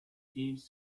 jeeves